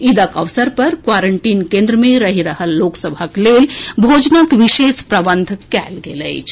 ईदक अवसर पर क्वारंटीन केंद्र मे रहि रहल लोक सभक लेल भोजनक विशेष प्रबंध कएल गेल अछि